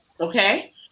Okay